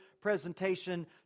presentation